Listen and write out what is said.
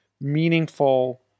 meaningful